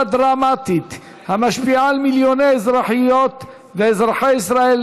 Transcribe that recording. דרמטית המשפיעה על מיליוני אזרחיות ואזרחי ישראל,